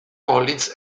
collins